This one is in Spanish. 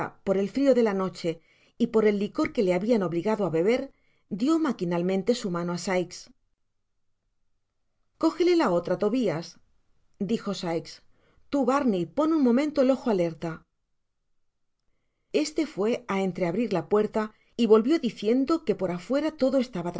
por el frio de la noche y por el licor que le habian obligado i be ber dio maquinalmente su mano á sikes cógele la otra tobias dijo sikes tu barney pon un momento el ojo alerta este fué á entreabrir la puerta y volvió diciendo que por afuera todo estaba